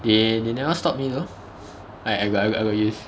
they they never stopped me though I I I got I got use